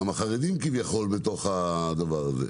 גם החרדים כביכול בתוך הדבר הזה,